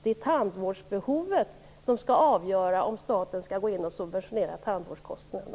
Det är tandvårdsbehovet som skall avgöra om staten skall gå in och subventionera tandvårdskostnaderna.